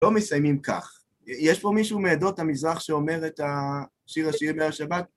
לא מסיימים כך. יש פה מישהו מעדות המזרח שאומר את ה... שיר השירים בערב שבת?